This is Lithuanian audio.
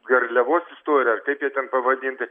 garliavos istorija kaip ją ten pavadinti